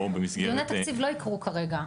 במסגרת --- דיוני תקציב לא יקרו כרגע,